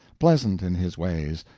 pleasant in his ways,